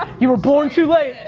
you were born too late.